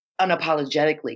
unapologetically